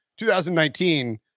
2019